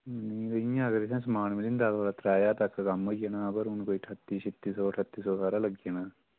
इयां अगर इत्थें समान मिली जंदा थुआढ़ा त्रै ज्हार तक कम्म होई जाना हा पर हून कोई ठत्ती छित्ती ठत्ती सौ हारा लग्गी जाना